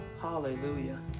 Hallelujah